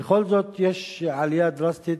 בכל זאת, יש עלייה דרסטית.